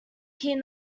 here